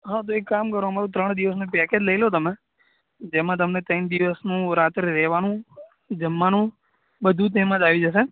હં તો એક કામ કરો અમારું ત્રણ દિવસનું પેકેજ લઈ લો તમે તેમાં તમને ત્રણ દિવસનું રાત્રે રહેવાનું જમવાનું બધું જ તેમાં જ આવી જશે